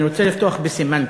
אני רוצה לפתוח בסמנטיקה.